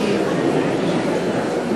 ועדת החוקה,